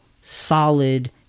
solid